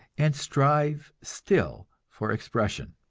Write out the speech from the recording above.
and strive still for expression.